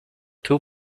two